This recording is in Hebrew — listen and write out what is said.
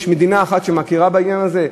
יש מדינה אחת שמכירה בעניין הזה.